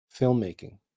filmmaking